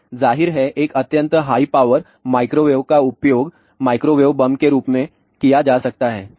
और ज़ाहिर है एक अत्यंत हाई पावर माइक्रोवेव का उपयोग माइक्रोवेव बम के रूप में किया जा सकता है